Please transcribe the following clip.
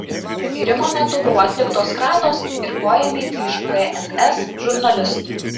tyrimo metu buvo atliktos kratos ir poėmiai iš bns žurnalistų